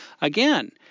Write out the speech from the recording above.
Again